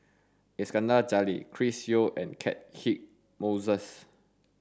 Iskandar Jalil Chris Yeo and Catchick Moses